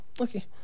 Okay